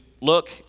look